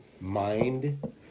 mind